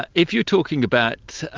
if you're talking about,